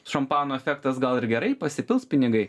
šampano efektas gal ir gerai pasipils pinigai